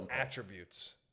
attributes